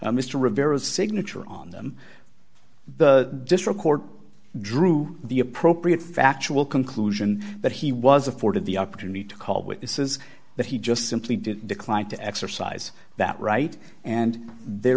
mr rivera signature on them the district court drew the appropriate factual conclusion that he was afforded the opportunity to call witnesses but he just simply did decline to exercise that right and there